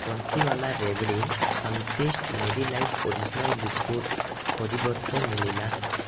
Bansiwala rewri Sunfeast Marie light original biscuit ପରିବର୍ତ୍ତେ ମିଳିଲା